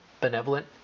benevolent